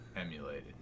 emulated